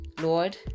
lord